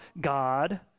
God